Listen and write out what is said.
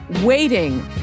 waiting